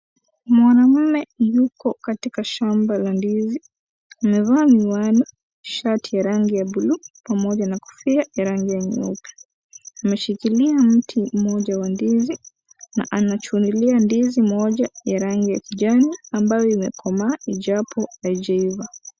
Mwanamume yuko katika shamba la ndizi amevaa miwani shati ya rangi ya bluu pamoja na kofia ya rangi ya nyeupe ameshikilia mti mmoja wa ndizi na anachunilia ndizi moja ya rangi ya kijani ambayo imekomaa ijapo haijaiva.